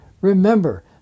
Remember